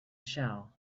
shell